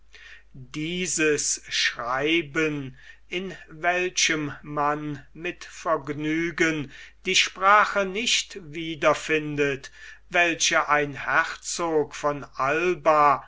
dieses schreiben in welchem man mit vergnügen die sprache nicht wiederfindet welche ein herzog von alba